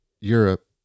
Europe